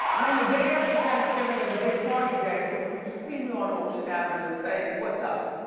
and then the day after thanksgiving is a big party day so when you see me on ocean avenue, say what's up.